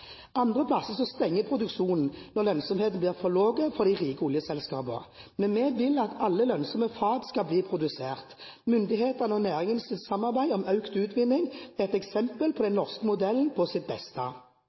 Andre steder stenges produksjonen når lønnsomheten blir for lav for de rike oljeselskapene, men vi vil at alle lønnsomme fat skal bli produsert. Myndighetenes og næringens samarbeid om økt utvinning er et eksempel på